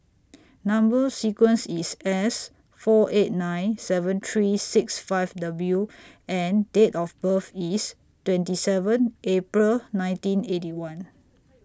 Number sequence IS S four eight nine seven three six five W and Date of birth IS twenty seven April nineteen Eighty One